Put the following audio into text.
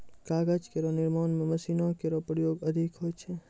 कागज केरो निर्माण म मशीनो केरो प्रयोग अधिक होय छै